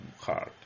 hard